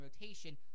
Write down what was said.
rotation